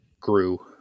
grew